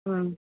हं